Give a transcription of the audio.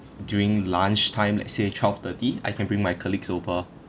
during lunchtime let's say twelve thirty I can bring my colleagues over